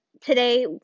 today